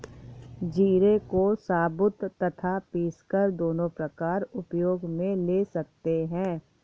जीरे को साबुत तथा पीसकर दोनों प्रकार उपयोग मे ले सकते हैं